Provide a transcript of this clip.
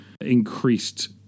increased